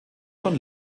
von